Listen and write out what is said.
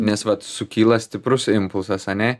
nes vat sukyla stiprus impulsas ane